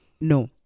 No